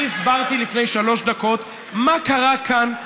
אני הסברתי לפני שלוש דקות מה קרה כאן,